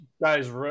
guys